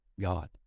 God